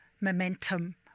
momentum